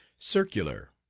circular.